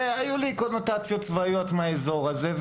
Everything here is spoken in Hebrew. והיו לי קונוטציות צבאיות מהאזור הזה,